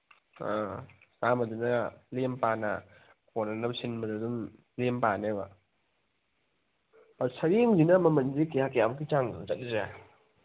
ꯑꯥ ꯆꯥꯝꯃꯗꯨꯅ ꯂꯦꯝ ꯄꯥꯅ ꯀꯣꯟꯅꯅꯕ ꯁꯤꯟꯕꯗ ꯑꯗꯨꯝ ꯂꯦꯝ ꯄꯥꯅꯦꯕ ꯁꯔꯦꯡꯁꯤꯅ ꯃꯃꯟꯁꯤ ꯀꯌꯥ ꯀꯌꯥꯃꯨꯛꯀꯤ ꯆꯥꯡꯅꯣ ꯆꯠꯂꯤꯁꯦ